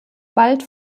bald